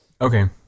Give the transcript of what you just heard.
Okay